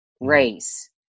race